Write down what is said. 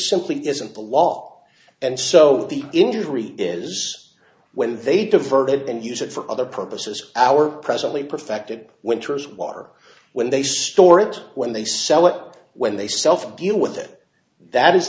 simply isn't the law and so the injury is when they diverted and use it for other purposes our presently perfected winter's water when they store it when they sell it when they self deal with it that is